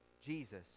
Jesus